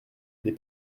des